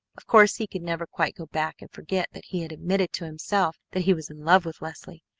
of course he could never quite go back and forget that he had admitted to himself that he was in love with leslie,